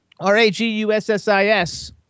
R-A-G-U-S-S-I-S